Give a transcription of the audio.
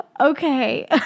Okay